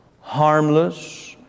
harmless